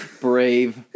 brave